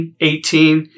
18